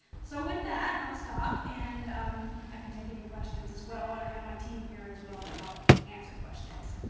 so with that, i'll stop and i can take any questions as well, and i have my team here as well to help answer questions.